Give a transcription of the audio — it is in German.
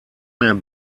mehr